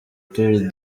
tour